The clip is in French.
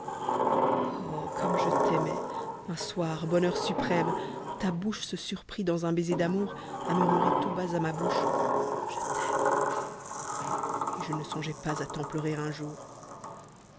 oh comme je t'aimais un soir bonheur suprême ta bouche se surprit dans un baiser d'amour a murmurer tout bas à ma bouche je t'aime et je ne songeais pas à tant pleurer un jour